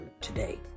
today